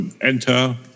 enter